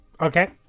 Okay